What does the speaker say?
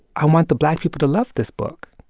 i want the black people to love this book.